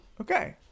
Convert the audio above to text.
Okay